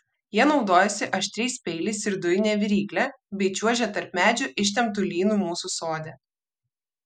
jie naudojasi aštriais peiliais ir dujine virykle bei čiuožia tarp medžių ištemptu lynu mūsų sode